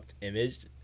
image